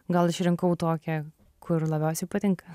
gal išrinkau tokią kur labiausiai patinka